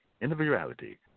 individuality